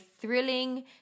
thrilling